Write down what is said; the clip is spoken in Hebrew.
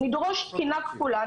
נדרוש תקינה כפולה,